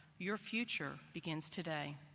your future begins today.